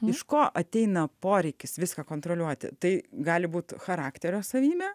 iš ko ateina poreikis viską kontroliuoti tai gali būt charakterio savybė